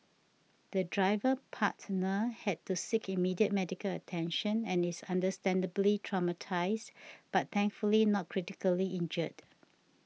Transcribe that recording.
the driver partner had to seek immediate medical attention and is understandably traumatised but thankfully not critically injured